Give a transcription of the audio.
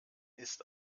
ist